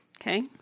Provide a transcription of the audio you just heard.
okay